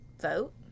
vote